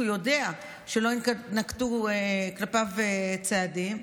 כי הוא יודע שלא יינקטו כלפיו צעדים,